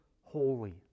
holy